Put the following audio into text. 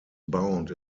bound